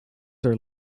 are